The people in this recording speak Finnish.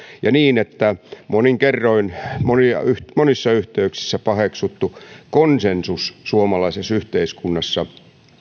ja sitä että monin kerroin monissa yhteyksissä paheksuttu konsensus suomalaisessa yhteiskunnassa